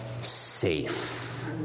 safe